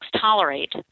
tolerate